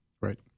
Right